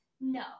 No